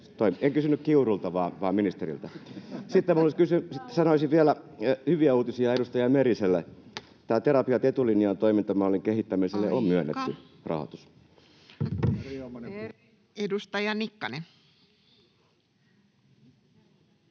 En kysynyt Kiurulta, vaan ministereiltä. — Sitten sanoisin vielä hyviä uutisia edustaja Meriselle: tälle Terapiat etulinjaan ‑toimintamallin kehittämiselle [Puhemies: Aika!] on myönnetty rahoitus. Edustaja Nikkanen.